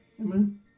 Amen